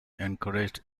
encouraged